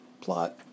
plot